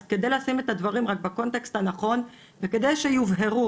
אז כדי לשים את הדברים רק בקונטקסט הנכון וכדי שיובהרו,